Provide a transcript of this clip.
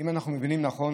אם אנחנו מבינים נכון,